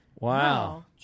Wow